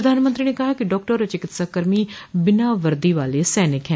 प्रधानमंत्री ने कहा कि डॉक्टर और चिकित्साकर्मी बिना वर्दी वाले सैनिक हैं